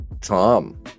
Tom